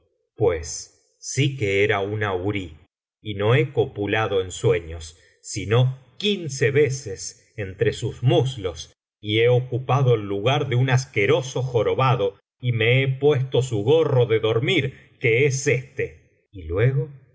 pues sí que era una hurí y no he copulado en sueños sino quince veces entre sus muslos y he ocupado el lugar de un asqueroso jorobado y me he puesto su gorro de dormir que es éste y luego